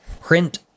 print